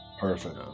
Perfect